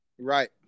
Right